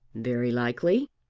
very likely.